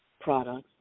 products